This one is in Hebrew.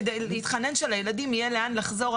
כדי להתחנן שלילדים יהיה לאן לחזור?